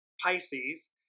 Pisces